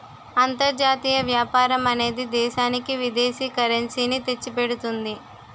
అంతర్జాతీయ వ్యాపారం అనేది దేశానికి విదేశీ కరెన్సీ ని తెచ్చిపెడుతుంది